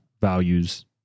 values